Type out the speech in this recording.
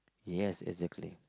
yes exactly